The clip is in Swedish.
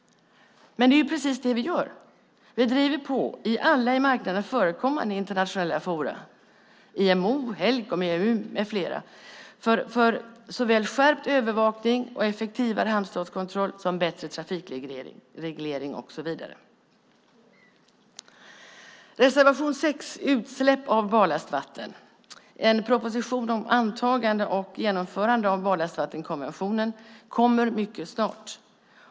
Men det är ju precis det vi gör! Vi driver på i alla på marknaden förekommande internationella forum - i IMO, Helcom, EU med flera - för såväl en skärpt övervakning och en effektivare hamnstatskontroll som en bättre trafikreglering och så vidare. Reservation 6 handlar om utsläpp av barlastvatten. En proposition om antagande och genomförande av barlastvattenkonventionen kommer mycket snart.